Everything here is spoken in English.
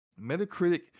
Metacritic